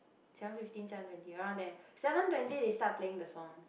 seven fifteen seven twenty around there seven twenty they start playing the song